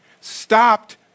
stopped